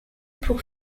pour